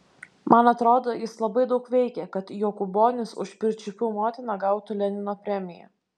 man atrodo jis labai daug veikė kad jokūbonis už pirčiupių motiną gautų lenino premiją